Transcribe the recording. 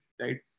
right